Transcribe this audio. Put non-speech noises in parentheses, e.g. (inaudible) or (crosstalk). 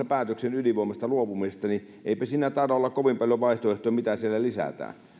(unintelligible) päätöksen ydinvoimasta luopumisesta niin eipä siinä taida olla kovin paljon vaihtoehtoja mitä siellä lisätään